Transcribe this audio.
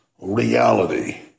reality